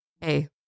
hey